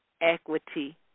equity